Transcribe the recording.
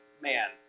man